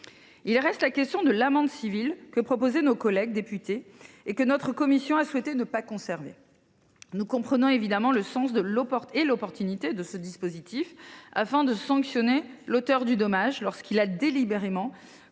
Reste la question de l’amende civile, disposition que proposaient nos collègues députés et que notre commission a souhaité ne pas conserver. Nous comprenons évidemment le sens et l’opportunité de ce dispositif, s’agissant de sanctionner l’auteur d’un dommage lorsqu’il a délibérément